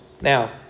now